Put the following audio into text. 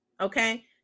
okay